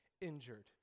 injured